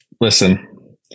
Listen